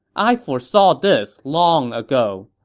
i foresaw this long ago.